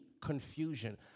confusion